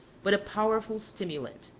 but a powerful stimulant.